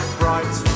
bright